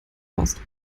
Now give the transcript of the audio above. warst